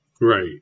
right